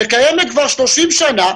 שקיימת כבר 30 שנה,